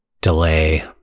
delay